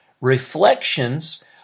Reflections